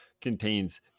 contains